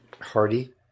Hardy